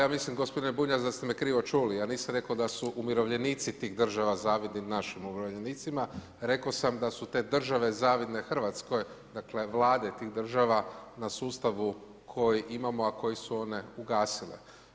Žao mi je ali, ja mislim g. Bunjac da ste me krivo čuli, ja nisam rekao da su umirovljenici tih država zavidni našim umirovljenicima, rekao sam da su te države zavidne Hrvatskoj, dakle, vlade tih država na sustavu kojih imamo a koje su one ugasile.